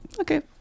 okay